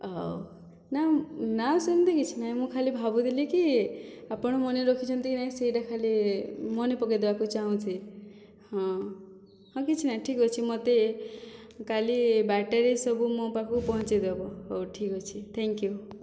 ହଉ ନା ନା ସେମିତି କିଛି ନାହିଁ ମୁଁ ଖାଲି ଭାବୁଥିଲି କି ଆପଣ ମନେ ରଖିଛନ୍ତି କି ନାଇଁ ସେଇଟା ଖାଲି ମନେ ପକେଇ ଦବାକୁ ଚାହୁଁଛି ହଁ ହଁ କିଛି ନାଇଁ ଠିକ୍ ଅଛି ମୋତେ କାଲି ବାରଟାରେ ସବୁ ମୋ ପାଖକୁ ପହଁଞ୍ଚାଇ ଦେବ ହଉ ଠିକ୍ ଅଛି ଥ୍ୟାଙ୍କ୍ ୟୁ